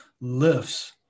lifts